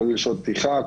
כולל שעות פתיחה,